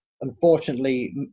unfortunately